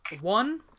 One